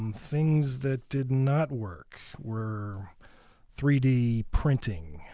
um things that did not work were three d printing.